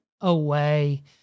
away